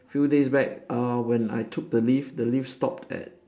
few days back uh when I took the lift the lift stopped at